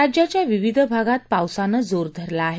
राज्याच्या विविध भागात पावसाने जोर धरला आहे